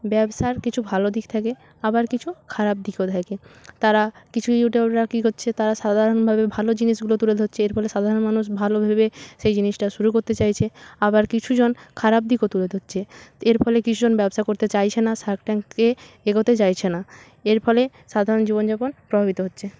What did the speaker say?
ব্যবসার কিছু ভাল দিক থাকে আবার কিছু খারাপ দিকও থাকে তারা কিছু ইউটিউয়াররা কি কচ্ছে তারা সাধারণভাবে ভালো জিনিসগুলো তুলে ধচ্ছে এর ফলে সাধারণ মানুষ ভালোভেবে সেই জিনিসটা শুরু করতে চাইছে আবার কিছু জন খারাপ দিকও তুলে ধরছে এর ফলে কিছু জন ব্যবসা করতে চাইছে না সার্ক ট্যাঙ্ক এ এগোতে চাইছে না এর ফলে সাধারণ জীবনযাপন প্রভাবিত হচ্ছে